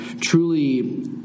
truly